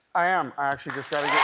i am. i actually just got